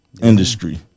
industry